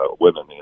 women